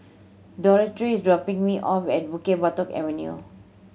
Dorthy is dropping me off at Bukit Batok Avenue